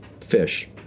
fish